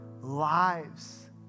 Lives